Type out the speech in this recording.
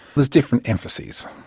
there's different emphases.